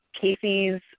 Casey's